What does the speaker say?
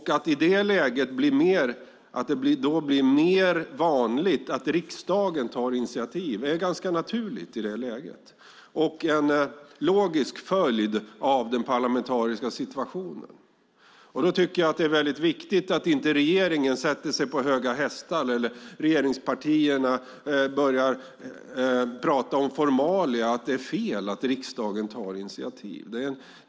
Att det i detta läge blir mer vanligt att riksdagen tar initiativ är ganska naturligt och en logisk följd av den parlamentariska situationen. Då tycker jag att det är viktigt att regeringen inte sätter sig på höga hästar eller att regeringspartierna inte börjar tala om formalia och att det är fel att riksdagen tar initiativ.